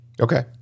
Okay